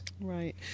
Right